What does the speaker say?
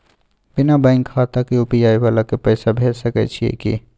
बिना बैंक खाता के यु.पी.आई वाला के पैसा भेज सकै छिए की?